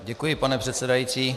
Děkuji, pane předsedající.